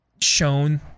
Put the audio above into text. shown